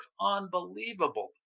Unbelievable